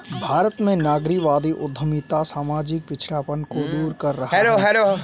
भारत में नारीवादी उद्यमिता सामाजिक पिछड़ापन को दूर कर रहा है